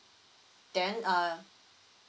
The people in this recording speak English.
then uh